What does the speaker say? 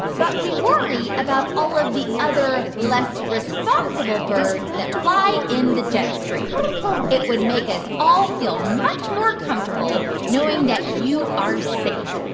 but we worry about all of the other less responsible birds that fly in the jet stream it would make us all feel much more comfortable knowing that you are safe.